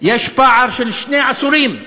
יש פער של שני עשורים לפחות,